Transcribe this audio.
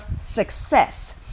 success